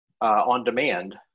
on-demand